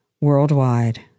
worldwide